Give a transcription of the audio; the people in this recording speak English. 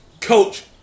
coach